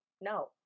no